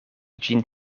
ĝin